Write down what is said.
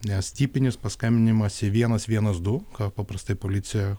nes tipinis paskambinimas į vienas vienas du ką paprastai policija